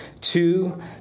two